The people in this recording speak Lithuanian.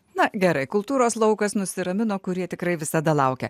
na gerai kultūros laukas nusiramino kurie tikrai visada laukia